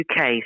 UK